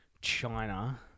China